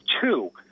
two